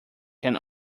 can